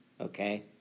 okay